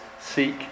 Seek